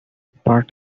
part